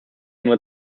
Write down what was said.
nur